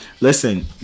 listen